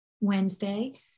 Wednesday